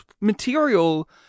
material